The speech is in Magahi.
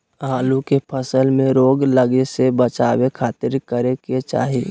आलू के फसल में रोग लगे से बचावे खातिर की करे के चाही?